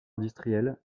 industriel